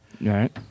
Right